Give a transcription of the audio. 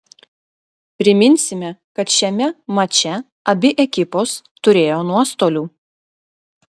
priminsime kad šiame mače abi ekipos turėjo nuostolių